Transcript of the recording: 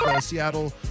Seattle